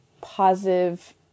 positive